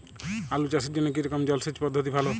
আলু চাষের জন্য কী রকম জলসেচ পদ্ধতি ভালো?